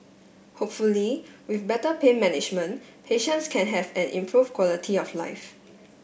hopefully with better pain management patients can have an improved quality of life